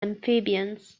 amphibians